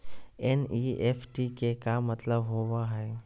NEFT के का मतलव होव हई?